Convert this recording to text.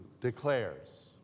declares